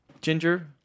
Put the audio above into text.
ginger